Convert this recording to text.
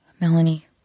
Melanie